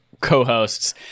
co-hosts